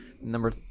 Number